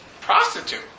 prostitute